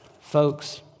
Folks